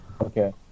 Okay